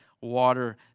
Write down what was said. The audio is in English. water